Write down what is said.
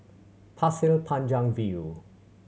Pasir Panjang View